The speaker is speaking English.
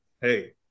hey